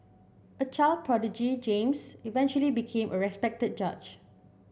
a child prodigy James eventually became a respected judge